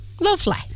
Lovely